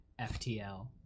FTL